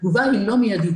התגובה היא לא מיידית.